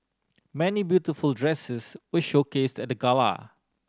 many beautiful dresses were showcased at the gala